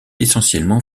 essentiellement